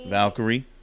Valkyrie